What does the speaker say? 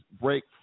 Break